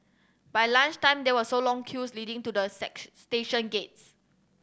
by lunch time there were so long queues leading to the sets station gates